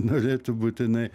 norėtų būtinai